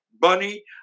Bunny